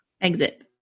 Exit